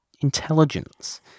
intelligence